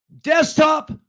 Desktop